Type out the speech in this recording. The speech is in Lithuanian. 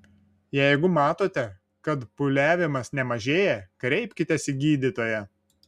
jeigu matote kad pūliavimas nemažėja kreipkitės į gydytoją